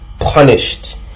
Punished